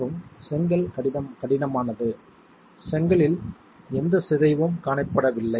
மற்றும் செங்கல் கடினமானது செங்கலில் எந்த சிதைவும் காணப்படவில்லை